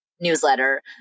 newsletter